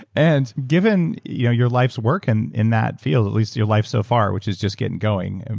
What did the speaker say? and given you know your life's work and in that field, at least your life so far, which is just getting going, and